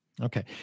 Okay